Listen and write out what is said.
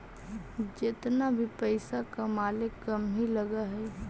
जेतना भी पइसा कमाले कम ही लग हई